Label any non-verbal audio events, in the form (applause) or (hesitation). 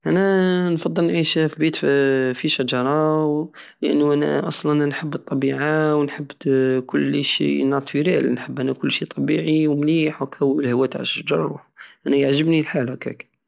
انا نفضل انو نعيش في بيت في شجرة لانو انا أصلا نحب الطبيعة ونحب (hesitation) كل شيء ناتوريل نحب انا كل شيء طبيعي ومليح هكا والهوى تع الشجر انا يعجبني الحال هكاك